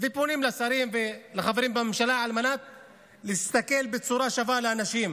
ופונים לשרים ולחברים בממשלה על מנת להסתכל בצורה שווה על האנשים.